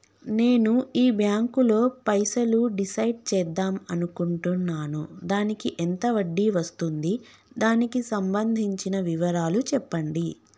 నేను ఈ బ్యాంకులో పైసలు డిసైడ్ చేద్దాం అనుకుంటున్నాను దానికి ఎంత వడ్డీ వస్తుంది దానికి సంబంధించిన వివరాలు చెప్పండి?